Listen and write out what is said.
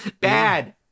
Bad